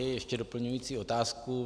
Ještě doplňující otázku.